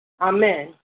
Amen